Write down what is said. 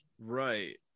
right